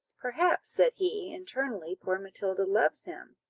perhaps, said he, internally, poor matilda loves him,